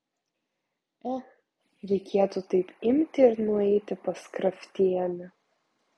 ech reikėtų taip imti ir nueiti pas kraftienę